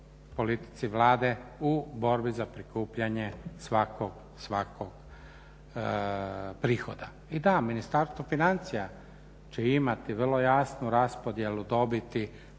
politici Vlade u borbi za prikupljanje svakog prihoda. I da, Ministarstvo financija će imati vrlo jasnu raspodjelu dobiti